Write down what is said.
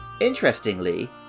Interestingly